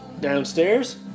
Downstairs